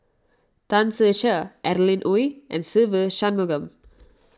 Tan Ser Cher Adeline Ooi and Se Ve Shanmugam